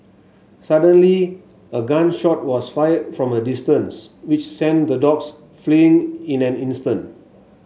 suddenly a gun shot was fired from a distance which sent the dogs fleeing in an instant